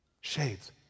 Shades